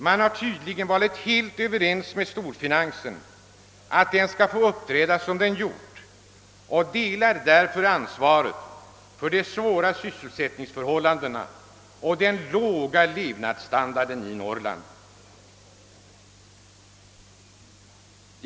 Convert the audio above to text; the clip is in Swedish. Man har tydligen varit helt överens med storfinansen om att den skall få uppträda som den gjort och delar därför ansvaret för de svåra sysselsättningsförhållandena och den låga levnadsstandarden i Norrland.